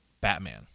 Batman